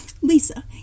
Lisa